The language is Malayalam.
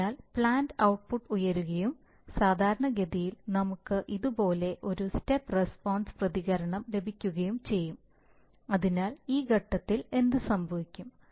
അതിനാൽ പ്ലാന്റ് ഔട്ട്പുട്ട് ഉയരുകയും സാധാരണഗതിയിൽ നമുക്ക് ഇതുപോലുള്ള ഒരു സ്റ്റെപ്പ് റെസ്പോൺസ് പ്രതികരണം ലഭിക്കുകയും ചെയ്യും അതിനാൽ ഈ ഘട്ടത്തിൽ എന്ത് സംഭവിക്കും